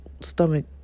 stomach